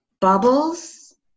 bubbles